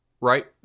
right